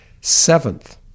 Seventh